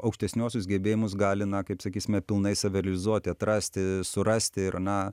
aukštesniuosius gebėjimus gali na kaip sakysime pilnai save realizuoti atrasti surasti ir na